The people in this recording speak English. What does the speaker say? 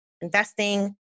investing